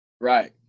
right